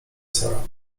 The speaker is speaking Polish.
sara